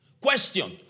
Question